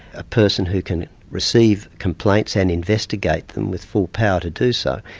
a person who can receive complaints and investigate them with full power to do so,